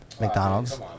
McDonald's